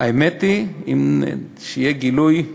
האמת היא, שיהיה גילוי נאות,